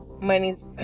money's